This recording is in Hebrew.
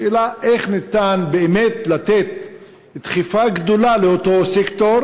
השאלה, איך ניתן באמת לתת דחיפה גדולה לאותו סקטור